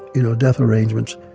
you know, death arrangements,